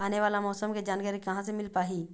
आने वाला मौसम के जानकारी कहां से मिल पाही?